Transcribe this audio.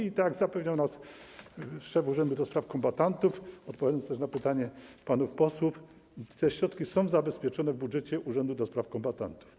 I tak jak zapewniał nas szef urzędu ds. kombatantów, odpowiadając też na pytanie panów posłów, te środki są zabezpieczone w budżecie urzędu ds. kombatantów.